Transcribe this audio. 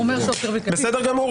בסדר גמור.